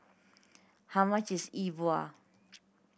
how much is E Bua